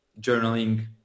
journaling